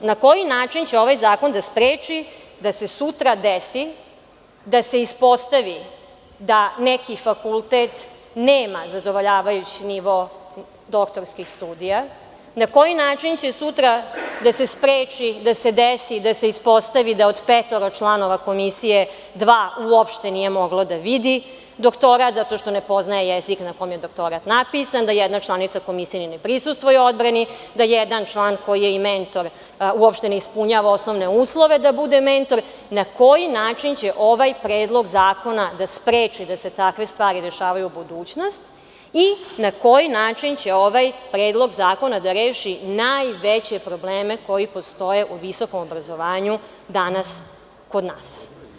Na koji način će ovaj zakon da spreči da se sutra desi da se ispostavi da neki fakultet nema zadovoljavajući nivo doktorskih studija, na koji način će sutra da se spreči da se desi da se ispostavi da od petoro članova komisije dva uopšte nije moglo da vidi doktorat zato što ne poznaje jezik na kom je doktorat napisan, da jedna članica komisije ni ne prisustvuje odbrani, da jedan član koji je mentor uopšte ne ispunjava osnovne uslove da bude mentor, na koji način će ovaj Predlog zakona da spreči da se takve stvari dešavaju u budućnosti i na koji način će ovaj Predlog zakona da reši najveće probleme koji postoje u visokom obrazovanju danas kod nas?